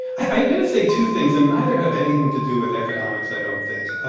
i'm going to say two things, and neither have anything to do with economics, i don't think.